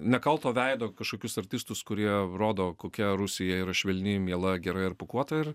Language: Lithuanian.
nekalto veido kažkokius artistus kurie rodo kokia rusija yra švelni miela gera ir pūkuota ir